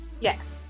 Yes